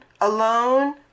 alone